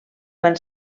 van